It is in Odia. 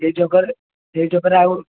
ସେଇ ଛକରେ ସେଇ ଛକରେ ଆଉ